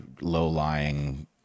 low-lying